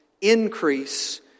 increase